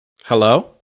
hello